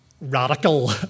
radical